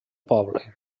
poble